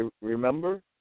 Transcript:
Remember